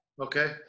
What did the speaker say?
Okay